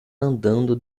andando